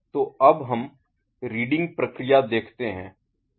तो अब हम रीडिंग प्रक्रिया देखते हैं